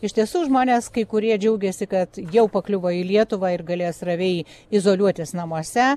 iš tiesų žmonės kai kurie džiaugėsi kad jau pakliuvo į lietuvą ir galės ramiai izoliuotis namuose